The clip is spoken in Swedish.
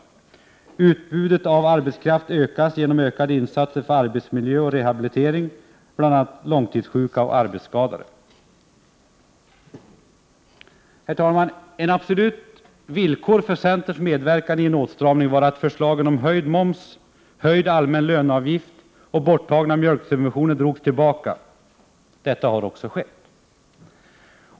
Utbudet av arbetskraft ökas genom ökade insatser för arbetsmiljö och för rehabilitering av bl.a. långtidssjuka och arbetsskadade. Herr talman! Ett absolut villkor för centerns medverkan i en åtstramning var att förslagen om höjd moms, höjd allmän löneavgift och borttagna mjölksubventioner drogs tillbaka. Detta har också skett.